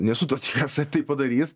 nesu tuo tikras ar tai padarys